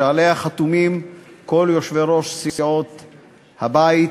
שעליה חתומים כל יושבי-ראש סיעות הבית: